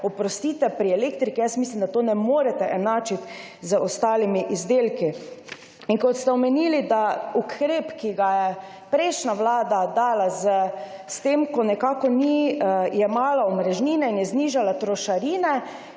oprostite, pri elektriki jaz mislim, da tega ne morete enačiti z ostalimi izdelki. In kar ste omenili za ukrep, ki ga je prejšnja vlada dala s tem, ko ni jemala omrežnine in je znižala trošarine,